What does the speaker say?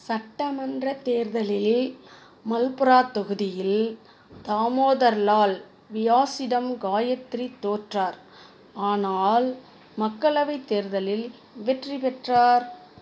சட்டமன்ற தேர்தலில் மல்புரா தொகுதியில் தாமோதர் லால் வியாஸிடம் காயத்ரி தோற்றார் ஆனால் மக்களவை தேர்தலில் வெற்றி பெற்றார்